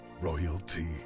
Royalty